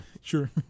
sure